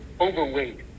overweight